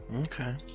Okay